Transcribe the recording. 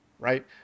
right